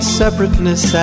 separateness